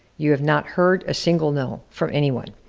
you've not heard a single no from anyone.